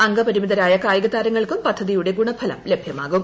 അംഗപരിമിതരായ കൃഷ്യീകതാരങ്ങൾക്കും പദ്ധതിയുടെ ഗുണഫലം ലഭ്യമാകും